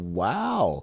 wow